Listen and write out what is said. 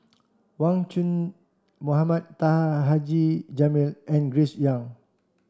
Wang Chunde Mohamed Taha Haji Jamil and Grace Young